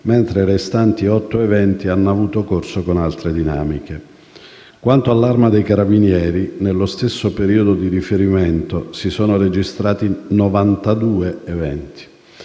mentre i restanti otto eventi hanno avuto corso con altre dinamiche. Quanto all'Arma dei carabinieri, nello stesso periodo di riferimento, si sono registrati 92 eventi,